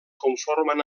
conformen